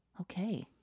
okay